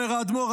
אומר האדמו"ר,